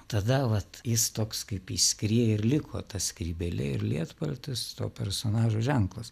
tada vat jis toks kaip įskrieja ir liko ta skrybėlė ir lietpaltis to personažo ženklas